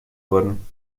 worden